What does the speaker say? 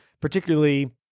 particularly